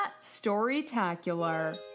Storytacular